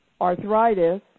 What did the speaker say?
arthritis